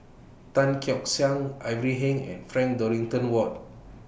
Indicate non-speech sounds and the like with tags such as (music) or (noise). Tan Keong (unintelligible) Ivan Heng and Frank Dorrington Ward